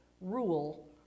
rule